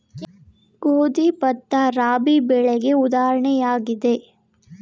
ಗೋಧಿ, ಭತ್ತ, ರಾಬಿ ಬೆಳೆಗೆ ಉದಾಹರಣೆಯಾಗಿದೆ